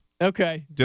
Okay